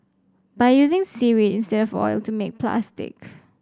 by using seaweed instead of oil to make plastic